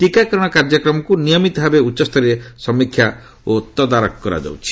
ଟିକାକରଣ କାର୍ଯ୍ୟକ୍ରମକୁ ନିୟମିତ ଭାବେ ଉଚ୍ଚସ୍ତରରେ ସମୀକ୍ଷା ଓ ତଦାରଖ କରାଯାଉଛି